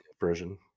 version